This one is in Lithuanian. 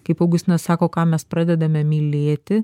kaip augustinas sako ką mes pradedame mylėti